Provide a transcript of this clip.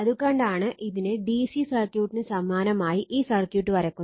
അതുകൊണ്ടാണ് ഇതിനെ ഡിസി സർക്യൂട്ടിന് സമാനമായി ഈ സർക്യൂട്ട് വരയ്ക്കുന്നത്